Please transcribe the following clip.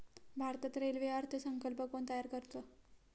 भारतात रेल्वे अर्थ संकल्प कोण तयार करतं?